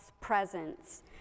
presence